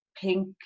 pink